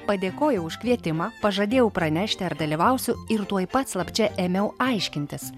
padėkojau už kvietimą pažadėjau pranešti ar dalyvausiu ir tuoj pat slapčia ėmiau aiškintis